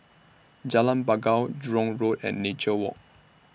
Jalan Bangau Jurong Road and Nature Walk